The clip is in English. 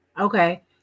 Okay